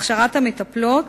להכשרת המטפלות